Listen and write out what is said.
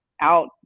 out